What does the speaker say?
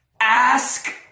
ask